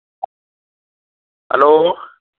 hello